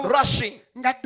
rushing